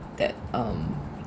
that um